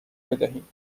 بدهیم